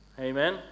Amen